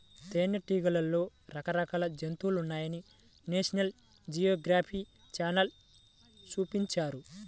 తేనెటీగలలో రకరకాల జాతులున్నాయని నేషనల్ జియోగ్రఫీ ఛానల్ చూపించారు